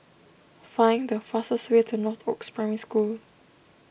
find the fastest way to Northoaks Primary School